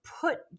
put